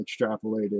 extrapolated